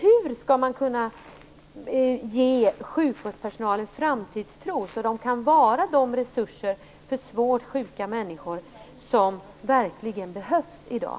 Hur skall man kunna ge sjukvårdspersonalen framtidstro så att den kan vara den resurs för svårt sjuka människor som verkligen behövs i dag?